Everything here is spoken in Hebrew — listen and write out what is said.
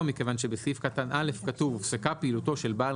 מכיוון שבסעיף קטן (א) כתוב 'הופסקה פעילותו של בעל